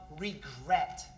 regret